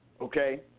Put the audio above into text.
okay